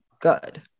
good